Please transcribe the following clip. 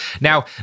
Now